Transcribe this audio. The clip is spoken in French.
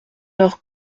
leur